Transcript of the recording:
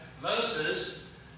Moses